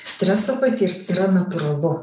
stresą patirt yra natūralu